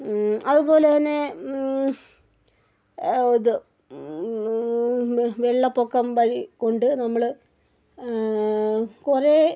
അതുപോലെ തന്നെ ഇത് വെള്ളപ്പൊക്കം വഴി കൊണ്ട് നമ്മൾ കുറെ